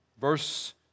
Verse